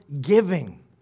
giving